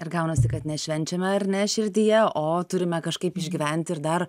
ir gaunasi kad ne švenčiame ar ne širdyje o turime kažkaip išgyventi ir dar